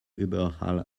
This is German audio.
überall